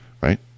right